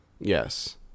Yes